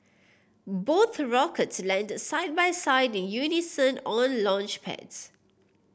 both rockets landed side by side in unison on launchpads